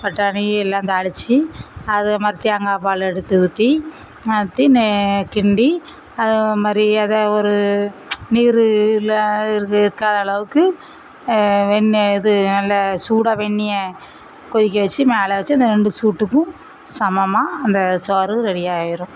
பட்டாணி எல்லாம் தாளித்து அது இதுமாதிரி தேங்காய்ப்பால் எடுத்து ஊற்றி ஊற்றி கிண்டி அதுமாதிரி அதை ஒரு நீரில் இருக்குது இருக்காத அளவுக்கு வெந்நி இது நல்லா சூடாக வெந்நியை கொதிக்க வச்சு மேலே வச்சு அந்த ரெண்டு சூட்டுக்கும் சமமாக அந்த சோறு ரெடி ஆயிடும்